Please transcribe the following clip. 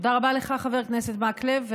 תודה רבה לך, חבר הכנסת מקלב.